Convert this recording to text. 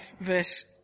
verse